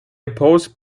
opposed